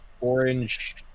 orange